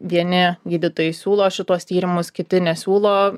vieni gydytojai siūlo šituos tyrimus kiti nesiūlo